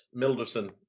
Milderson